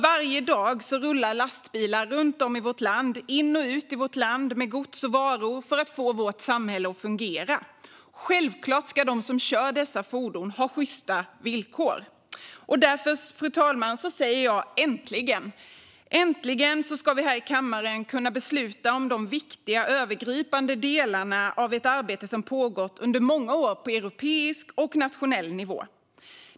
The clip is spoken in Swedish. Varje dag rullar lastbilar runt om och in och ut i vårt land med gods och varor för att få vårt samhälle att fungera. Givetvis ska de som kör dessa fordon ha sjysta villkor. Därför, fru talman, säger jag: Äntligen! Äntligen ska kammaren besluta om de viktiga, övergripande delarna av ett arbete som pågått under många år på europeisk och nationell nivå.